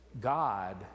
God